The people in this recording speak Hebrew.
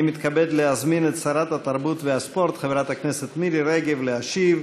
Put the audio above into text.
אני מתכבד להזמין את שרת התרבות והספורט חברת הכנסת מירי רגב להשיב.